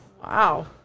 Wow